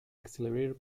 accelerator